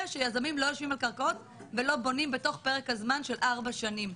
שיזמים לא יושבים על קרקעות ולא בונים בתוך פרק הזמן של ארבע שנים,